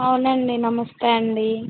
అవునండీ నమస్తే అండీ